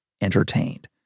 entertained